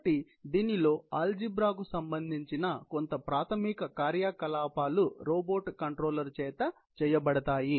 కాబట్టి దీనిలో అల్జిబ్రాకు సంబంధించిన కొంత ప్రాథమిక కార్యకలాపాలు రోబోట్ కంట్రోలర్ చేత చేయబడతాయి